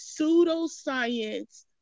pseudoscience